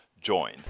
join